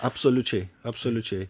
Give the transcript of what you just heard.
absoliučiai absoliučiai